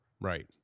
right